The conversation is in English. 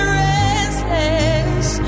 restless